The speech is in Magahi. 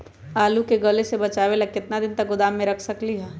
आलू के गले से बचाबे ला कितना दिन तक गोदाम में रख सकली ह?